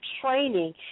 training